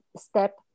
step